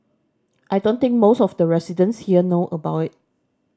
I don't think most of the residents here know about it